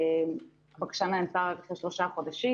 הבקשה נענתה רק לפני כשלושה חודשים.